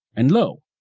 and lo,